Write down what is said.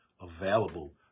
available